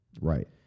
Right